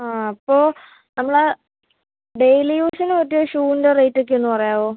ആ അപ്പോൾ നമ്മൾ ഡെയിലി യൂസിന് പറ്റിയ ഷൂവിൻ്റെ റേറ്റൊക്കെ ഒന്ന് പറയാമോ